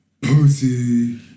Pussy